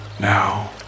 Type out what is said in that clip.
Now